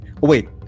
Wait